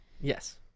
Yes